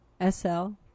S-L